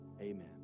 amen